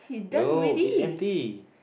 no it's empty